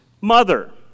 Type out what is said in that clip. mother